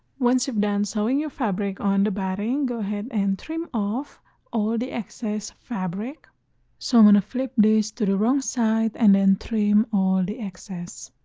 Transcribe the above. once you've done sewing your fabric on the batting go ahead and trim off all the excess fabric so i'm gonna flip this to the wrong side and then trim all the excess.